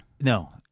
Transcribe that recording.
No